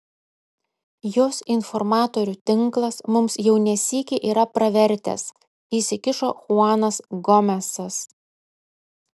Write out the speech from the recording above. jos informatorių tinklas mums jau ne sykį yra pravertęs įsikišo chuanas gomesas